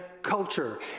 Culture